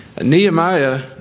Nehemiah